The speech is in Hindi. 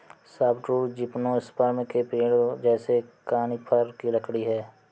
सॉफ्टवुड जिम्नोस्पर्म के पेड़ों जैसे कॉनिफ़र की लकड़ी है